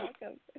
welcome